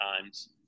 times